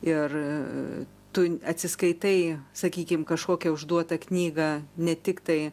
ir tu atsiskaitai sakykim kažkokią užduotą knygą ne tiktai